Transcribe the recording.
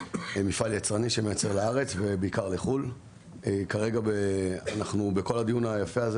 מפעל יצרני שמייצר לארץ ובעיקר לחו"ל כרגע בכל הדיון היפה הזה